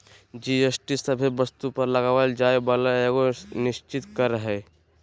GST सभे वस्तु पर लगावल जाय वाला एगो निश्चित कर हय